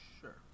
Sure